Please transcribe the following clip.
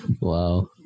Wow